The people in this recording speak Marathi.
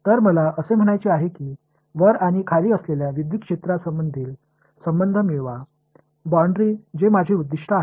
तर मला असे म्हणायचे आहे की वर आणि खाली असलेल्या विद्युत क्षेत्रांमधील संबंध मिळवा बाऊंड्री जे माझे उद्दीष्ट आहे